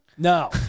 No